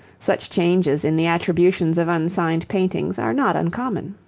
such changes in the attributions of unsigned paintings are not uncommon.